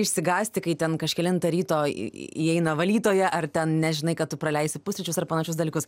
išsigąsti kai ten kažkelintą ryto įeina valytoja ar ten nežinai ką tu praleisi pusryčius ar panašius dalykus